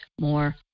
more